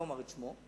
לא אומר את שמו,